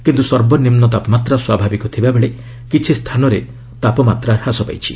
କିନ୍ତୁ ସର୍ବନିମ୍ନ ତାପମାତ୍ରା ସ୍ୱାଭାବିକ ଥିବାବେଳେ କିଛି ସ୍ଥାନରେ ତାପପାତ୍ରା ହ୍ରାସ ପାଇଛି